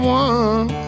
one